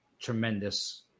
tremendous